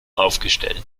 aufgestellt